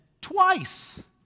twice